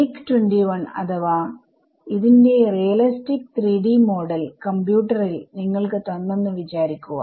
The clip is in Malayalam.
MIG 21 അഥവാ ഇതിന്റെ റിയലിസ്റ്റിക് 3D മോഡൽ കമ്പ്യൂട്ടറിൽ നിങ്ങൾക്ക് തന്നെന്നു വിചാരിക്കുക